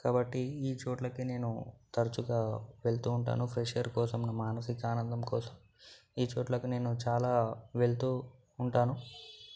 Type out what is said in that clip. కాబట్టి ఈ చోట్లకి నేను తరచుగా వెళ్తూ ఉంటాను ఫ్రెష్ ఎయిర్ కోసం మానసిక ఆనందం కోసం ఈ చోట్లకి నేను చాల వెళ్తుంటాను